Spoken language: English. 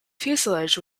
fuselage